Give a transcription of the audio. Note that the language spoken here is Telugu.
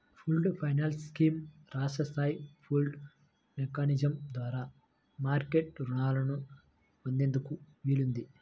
పూల్డ్ ఫైనాన్స్ స్కీమ్ రాష్ట్ర స్థాయి పూల్డ్ మెకానిజం ద్వారా మార్కెట్ రుణాలను పొందేందుకు వీలుంది